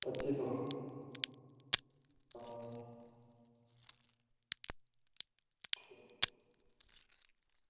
पच्ची सौ आं